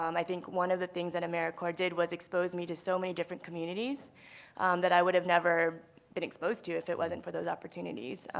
um i think one of the things that and americorps did was expose me to so many different communities that i would have never been exposed to if it wasn't for those opportunities.